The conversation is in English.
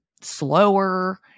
slower